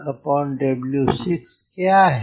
और क्या है